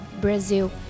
Brazil